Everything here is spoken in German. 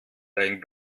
dein